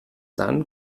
dann